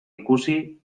ikusi